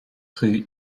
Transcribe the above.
rue